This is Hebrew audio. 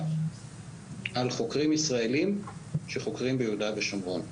על חוקרים ישראלים שחוקרים ביהודה ושומרון.